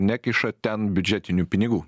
nekiša ten biudžetinių pinigų